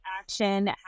action